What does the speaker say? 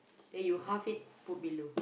then you half it put below